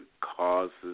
causes